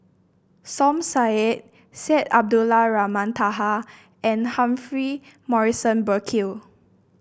Som Said Syed Abdulrahman Taha and Humphrey Morrison Burkill